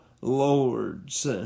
Lords